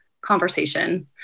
conversation